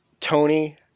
Tony